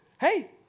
Hey